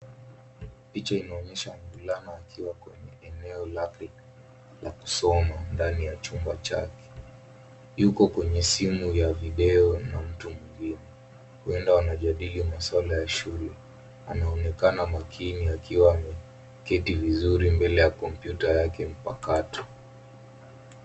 Picha inaonyesha mvulana akiwa kwenye eneo la kusoma ndani ya chumba chake. Yuko kwenye simu ya video na mtu mwingine huenda wanajadili maswala ya shule. Anaonekana makini akiwa ameketi vizuri mbele ya kompyuta yake mpakato.